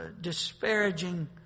disparaging